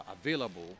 available